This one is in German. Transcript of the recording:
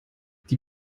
die